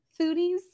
foodies